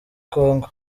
kongo